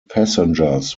passengers